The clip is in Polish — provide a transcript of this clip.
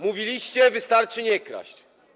Mówiliście: wystarczy nie kraść.